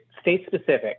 state-specific